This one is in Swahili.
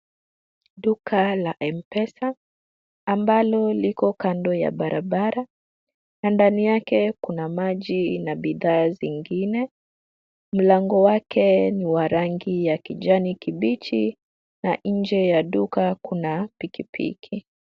Duka la mpesa ambalo liko kando ya barabara na ndani yake kuna maji na bidhaa zingine. Mlango wake ni wa rangi ya kijani kibichi na nje ya duka kuna pikipiki.